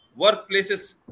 workplaces